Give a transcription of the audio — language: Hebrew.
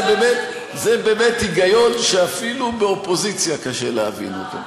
זה באמת היגיון שאפילו באופוזיציה קשה להבין אותו.